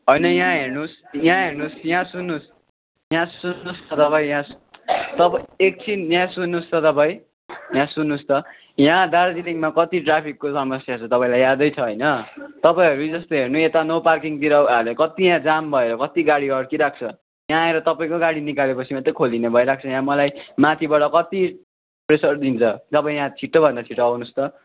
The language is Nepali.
होइन यहाँ हेर्नु होस् यहाँ हेर्नु होस् यहाँ सुन्नु होस् यहाँ सुन्नु होस् न तपाईँ एकछिन यहाँ सुन्नु होस् त तपाईँ यहाँ सुन्नु होस् त यहाँ दार्जिलिङमा कति ट्राफिकको समस्या छ तपाईँलाई यादै छ होइन तपाईँहरू जस्तो हेर्नु यता नो पार्किङतिर हालेको कति यहाँ जाम भएर कति गाडी अड्किरहेको छ यहाँ आएर तपाईँको गाडी निकाले पछि मात्रै खोलिदिने भइरहेको छ यहाँ मलाई माथिबाट कति प्रेसर दिन्छ तपाईँ यहाँ छिटो भन्दा छिटो आउनु होस् त